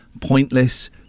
pointless